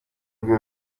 rwe